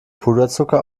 puderzucker